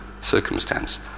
circumstance